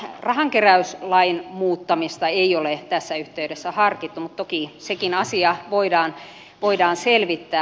rahankeräyslain muuttamista ei ole tässä yhteydessä harkittu mutta toki sekin asia voidaan selvittää